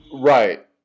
Right